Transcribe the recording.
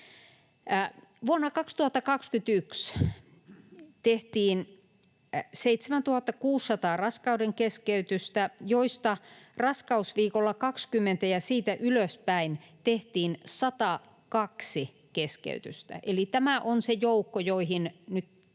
Vuonna 2021 tehtiin 7 600 raskaudenkeskeytystä, joista raskausviikolla 20 ja siitä ylöspäin tehtiin 102 keskeytystä. Eli tämä on se joukko, joihin nyt tällä